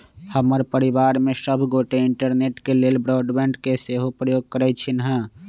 हमर परिवार में सभ गोटे इंटरनेट के लेल ब्रॉडबैंड के सेहो प्रयोग करइ छिन्ह